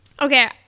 Okay